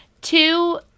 Two